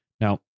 Now